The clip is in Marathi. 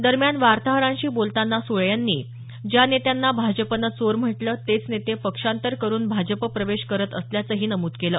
दरम्यान वार्ताहरांशी बोलतांना सुळे यांनी ज्या नेत्यांना भाजपनं चोर म्हटलं तेच नेते पक्षांतर करून भाजप प्रवेश करत असल्याचंही सुळे यांनी नमूद केलं